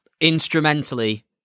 Instrumentally